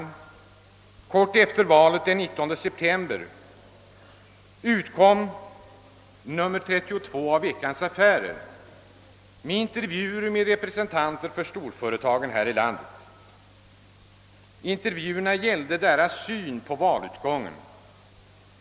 En kort tid efter valet, eller den 19 september, utkom nr 32 av Veckans Affärer med intervjuer med representanter för storföretagen här i landet. Intervjuerna gällde deras syn på valutgången.